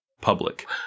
public